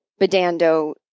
bedando